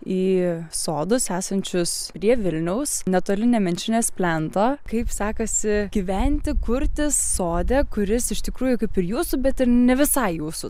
į sodus esančius prie vilniaus netoli nemenčinės plento kaip sekasi gyventi kurtis sode kuris iš tikrųjų kaip ir jūsų bet ir ne visai jūsų